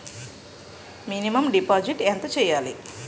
Minimum deposit ఎంత చెయ్యాలి?